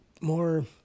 more